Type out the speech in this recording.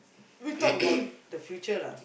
we talk about the future lah